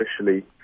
officially